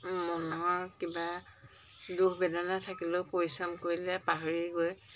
মনৰ কিবা দুখ বেদনা থাকিলেও পৰিশ্ৰম কৰিলে পাহৰি গৈ